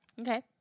Okay